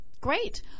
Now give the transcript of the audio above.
Great